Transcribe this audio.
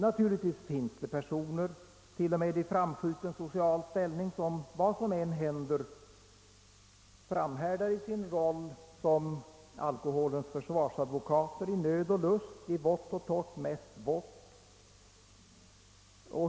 Det finns naturligtvis personer, t.o.m. i framskjuten social ställning, som vad som än händer framhärdar i sin roll som alkoholens försvarsadvoketer i nöd och lust, i vått och torrt — mest vått.